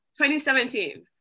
2017